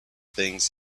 things